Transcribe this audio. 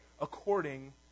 according